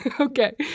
Okay